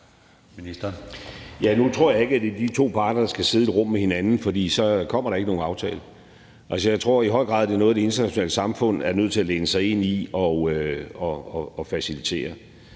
Nu tror jeg ikke, at det er de to parter, der skal sidde i et rum med hinanden, for så kommer der ikke nogen aftale. Altså, jeg tror i høj grad, det er noget, som det internationale samfund er nødt til at læne sig ind i og facilitere.